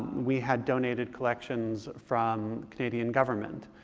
we had donated collections from canadian government.